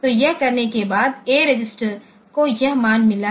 तो यह करने के बाद A रजिस्टर को यह मान मिला है